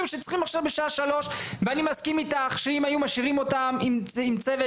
שצריכים עכשיו בשעה 15:00. ואני מסכים איתך שאם היו משאירים אותם עם צוות